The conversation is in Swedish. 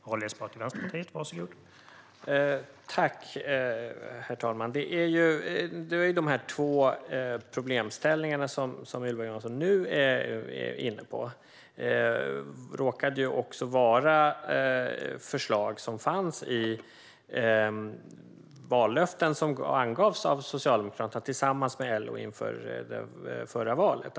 Herr talman! De två problemställningar som Ylva Johansson nu är inne på råkade också vara förslag som fanns med i vallöften som avgavs av Socialdemokraterna tillsammans med LO inför förra valet.